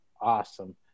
awesome